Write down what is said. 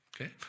Okay